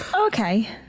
Okay